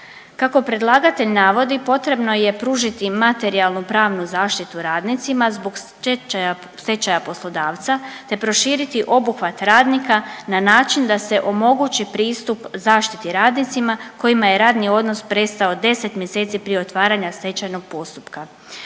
Kako predlagatelj navodi potrebno je pružiti materijalnu pravnu zaštitu radnicima zbog stečaja poslodavca te proširiti obuhvat radnika na način da se omogući pristup zaštiti radnicima kojima je radni odnos prestao 10 mjeseci prije otvaranja stečajnog postupka.